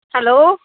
hello